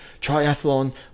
triathlon